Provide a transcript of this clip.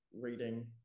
reading